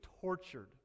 tortured